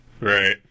Right